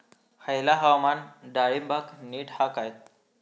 हयला हवामान डाळींबाक नीट हा काय?